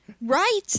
right